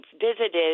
visited